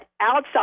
outside